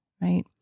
right